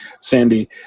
Sandy